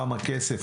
כמה כסף,